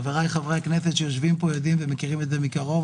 חבריי חברי הכנסת שיושבים פה יודעים ומכירים את זה מקרוב.